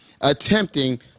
attempting